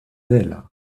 bela